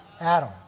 Adam